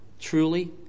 Truly